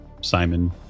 Simon